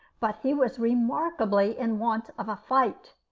but he was remarkably in want of a fight,